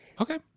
Okay